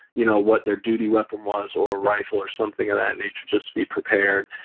you know, what their duty weapon was or a rifle or something of that nature just to be prepared.